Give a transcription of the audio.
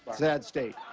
sad state.